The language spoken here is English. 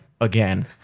again